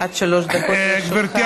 עד שלוש דקות לרשותך.